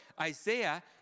Isaiah